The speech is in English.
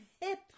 hip